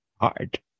hard